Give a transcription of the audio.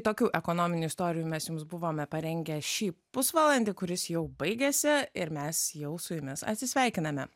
tokių ekonominių istorijų mes jums buvome parengę šį pusvalandį kuris jau baigėsi ir mes jau su jumis atsisveikiname